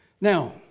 Now